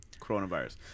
coronavirus